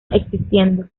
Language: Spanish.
existiendo